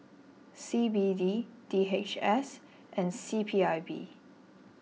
C B D D H S and C P I B